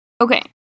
Okay